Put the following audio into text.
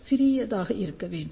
சிறியதாக இருக்கவேண்டும்